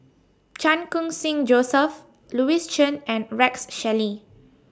Chan Khun Sing Joseph Louis Chen and Rex Shelley